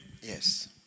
Yes